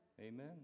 Amen